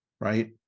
right